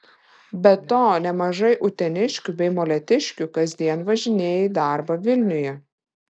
be to nemažai uteniškių bei molėtiškių kasdien važinėja į darbą vilniuje